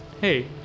Hey